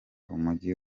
umujyi